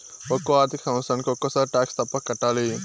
ఒక్కో ఆర్థిక సంవత్సరానికి ఒక్కసారి టాక్స్ తప్పక కట్టాలి